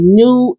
new